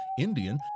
Indian